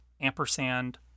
Ampersand